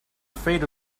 afraid